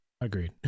Agreed